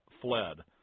fled